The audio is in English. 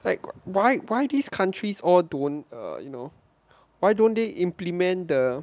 like why why these countries all don't err you know why don't they implement the